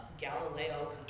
Galileo